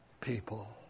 people